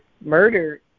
murdered